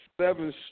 seven